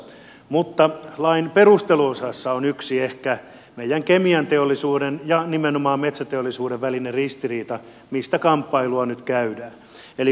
mutta lain perusteluosassa on yksi ehkä meidän kemianteollisuuden ja nimenomaan metsäteollisuuden välinen ristiriita mistä kamppailua nyt käydään